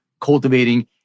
cultivating